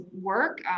work